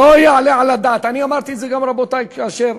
לא יעלה על הדעת, אני אמרתי את זה גם, רבותי, כאשר